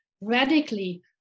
radically